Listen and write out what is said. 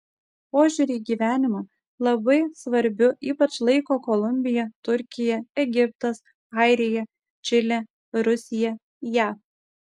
požiūrį į gyvenimą labai svarbiu ypač laiko kolumbija turkija egiptas airija čilė rusija jav